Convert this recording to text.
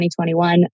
2021